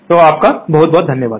तो आपको बहुत धन्यवाद